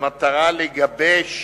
במטרה לגבש